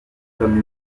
comme